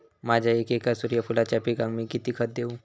माझ्या एक एकर सूर्यफुलाच्या पिकाक मी किती खत देवू?